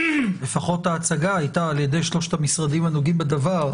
לפחות ההצגה היתה על ידי שלושת המשרדים הנוגעים בדבר.